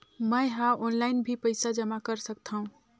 मैं ह ऑनलाइन भी पइसा जमा कर सकथौं?